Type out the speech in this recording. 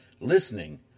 listening